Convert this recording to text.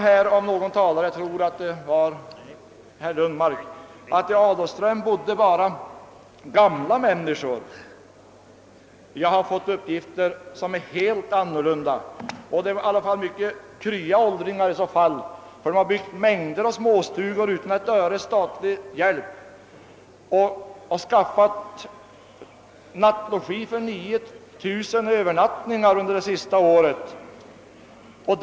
Om jag minns rätt var det herr Lundmark som nämnde att det i Adolfström bara bor gamla människor. Jag har fått helt andra uppgifter och jag måste säga att det, om det är som herr Lundmark säger, måste vara fråga om mycket krya åldringar. Man har nämligen där byggt mängder av småstugor utan statlig hjälp och har under det senaste åren ordnat med logimöjligheter för 9 000 övernattningar.